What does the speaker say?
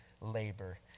labor